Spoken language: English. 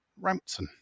Rampton